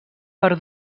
per